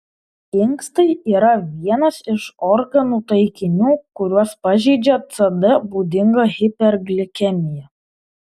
inkstai yra vienas iš organų taikinių kuriuos pažeidžia cd būdinga hiperglikemija